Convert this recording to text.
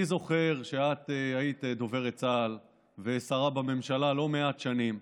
אני זוכר שאת היית דוברת צה"ל ושרה בממשלה לא מעט שנים.